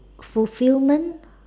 fulfilment